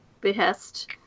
Behest